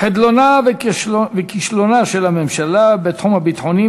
חדלונה וכישלונה של הממשלה בתחום הביטחוני,